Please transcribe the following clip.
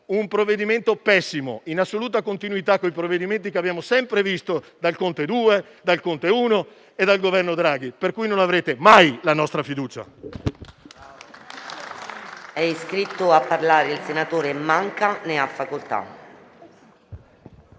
Il provvedimento è pessimo e in assoluta continuità con i provvedimenti che abbiamo sempre visto con il Conte I, II e con il Governo Draghi. Pertanto, non avrete mai la nostra fiducia.